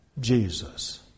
Jesus